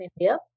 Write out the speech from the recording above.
India